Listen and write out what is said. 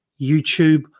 YouTube